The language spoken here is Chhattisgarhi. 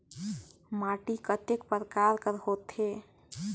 माटी कतेक परकार कर होथे?